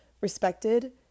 respected